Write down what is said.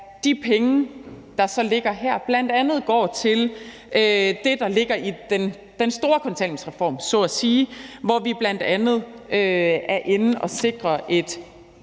de penge, der ligger her, så at sige går til det, der ligger i den store kontanthjælpsreform, hvor vi bl.a. er inde og sikre ret